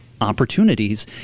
opportunities